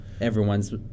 Everyone's